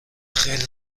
خیلی